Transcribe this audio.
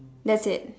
that's it